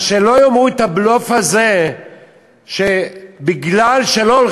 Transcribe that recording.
אז שלא יאמרו את הבלוף הזה שבגלל שלא